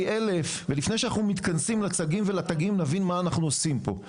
1,000. ולפני שאנחנו מתכנסים לצגים ולתגים נבין מה אנחנו עושים פה.